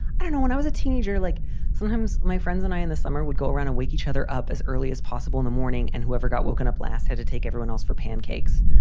i don't know, when i was a teenager, like sometimes my friends and i in the summer would go around a wake each other up as early as possible in the morning. and whoever got woken up last had to take everyone else for pancakes.